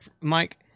Mike